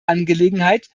angelegenheit